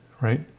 right